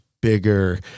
bigger